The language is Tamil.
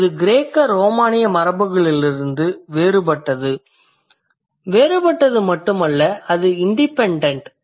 இது கிரேக்க ரோமானிய மரபுகளிலிருந்து வேறுபட்டது வேறுபட்டது மட்டுமல்ல அது இண்டிபெண்டன்ட்